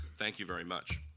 thank you very much.